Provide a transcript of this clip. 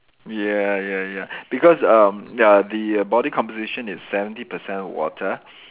ya ya ya because um ya the body composition is seventy percent water